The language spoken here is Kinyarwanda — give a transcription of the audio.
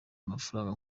amafaranga